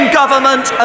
government